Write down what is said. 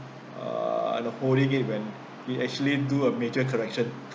uh the holding it when we actually do a major correction